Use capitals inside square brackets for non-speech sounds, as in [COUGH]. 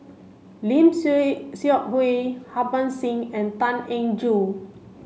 Lim [UNINTELLIGIBLE] Seok Hui Harbans Singh and Tan Eng Joo